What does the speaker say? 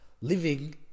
living